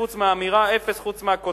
חוץ מהאמירה אפס, חוץ מהכותרת.